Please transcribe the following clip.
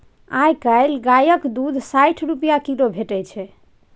आइ काल्हि गायक दुध साठि रुपा किलो भेटै छै